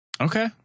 Okay